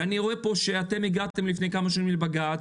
ואני רואה פה שאתם הגעתם לפני כמה שנים לבג"ץ,